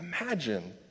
Imagine